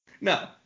No